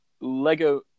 lego